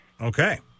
Okay